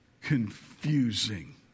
confusing